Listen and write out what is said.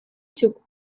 took